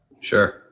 Sure